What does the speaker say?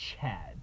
Chad